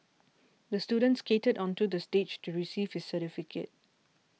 the student skated onto the stage to receive his certificate